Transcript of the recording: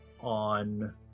on